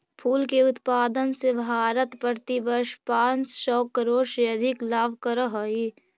फूल के उत्पादन से भारत प्रतिवर्ष पाँच सौ करोड़ से अधिक लाभ करअ हई